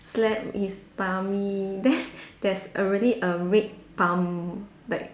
slap his tummy then there's already a red palm like